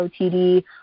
OTD